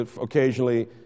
occasionally